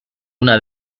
una